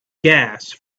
gas